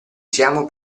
siamo